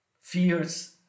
Fears